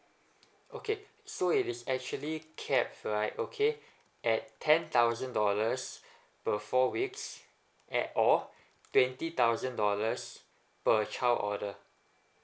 okay so it is actually cap right okay at ten thousand dollars per four weeks at or twenty thousand dollars per child order